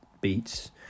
beats